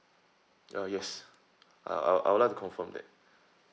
uh yes ah I I would like to confirm that